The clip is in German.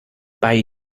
bei